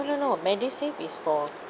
no no no medisave is for